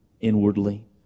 inwardly